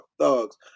thugs